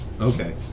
Okay